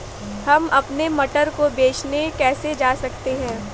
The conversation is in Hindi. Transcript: हम अपने मटर को बेचने कैसे जा सकते हैं?